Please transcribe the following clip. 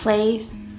Place